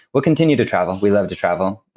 we'll continue to travel, we love to travel.